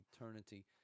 eternity